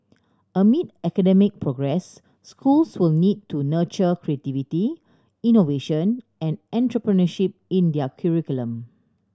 amid academic progress schools will need to nurture creativity innovation and entrepreneurship in their curriculum